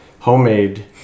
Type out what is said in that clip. homemade